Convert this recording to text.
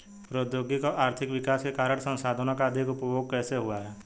प्रौद्योगिक और आर्थिक विकास के कारण संसाधानों का अधिक उपभोग कैसे हुआ है?